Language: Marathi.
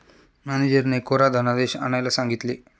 मॅनेजरने कोरा धनादेश आणायला सांगितले